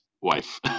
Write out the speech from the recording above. wife